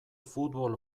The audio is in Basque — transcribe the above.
futbol